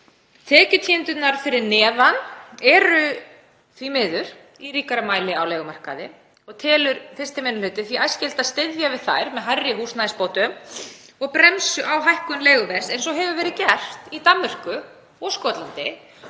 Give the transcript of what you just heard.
Tekjutíundirnar fyrir neðan eru því miður í ríkari mæli á leigumarkaði og telur 1. minni hluti því æskilegt að styðja við þær með hærri húsnæðisbótum og bremsu á hækkun leiguverðs eins og gert hefur verið í Danmörku og Skotlandi.